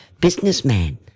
businessman